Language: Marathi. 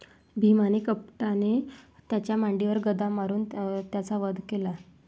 भीमाने कपटाने त्याच्या मांडीवर गदा मारून त्याचा वध केला